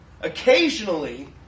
occasionally